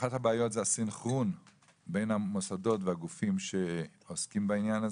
אחת הבעיות זה הסנכרון בין המוסדות והגופים שעוסקים בעניין הזה,